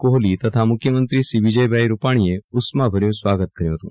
કોહલી તથા મુખ્યમંત્રી શ્રી વિજયભાઈ રૂપાણીએ ઉષ્માભર્યું સ્વાગત કર્યું હતું